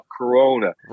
Corona